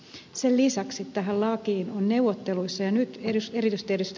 sen lisäksi tähän lakiin neuvotteluissa nyt erityisesti ed